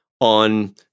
on